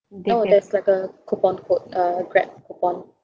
no there's like a coupon code uh Grab coupon